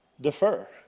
defer